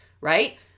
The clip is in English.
right